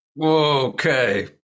okay